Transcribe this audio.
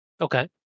Okay